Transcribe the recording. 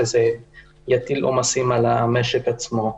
זה יטיל עומסים על המשק עצמו.